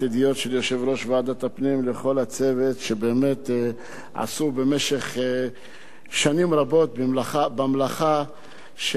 שבאמת עשו במשך שנים רבות במלאכה של קידום החקיקה הזאת.